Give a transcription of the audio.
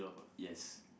yes